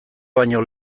baino